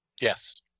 Yes